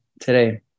today